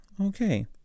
Okay